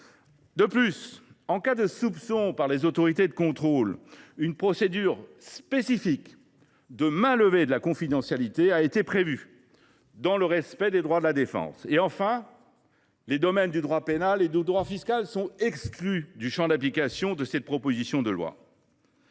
De plus, en cas de soupçon par les autorités de contrôle, une procédure spécifique de mainlevée de la confidentialité a été prévue, dans le respect des droits de la défense. J’ajoute que les domaines du droit pénal et du droit fiscal sont exclus du champ d’application de cette proposition de loi.